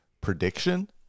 prediction